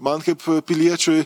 man kaip piliečiui